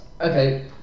Okay